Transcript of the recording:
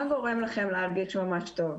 מה גורם לכם להרגיש ממש טוב?